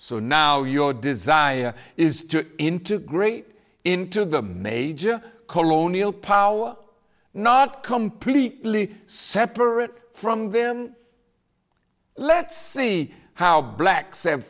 so now your desire is to integrate into the major colonial power not completely separate from them let's see how black